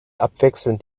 abwechselnd